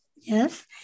yes